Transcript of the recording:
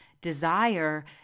desire